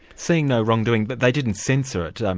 seeing no wrongdoing, but they didn't censor it, um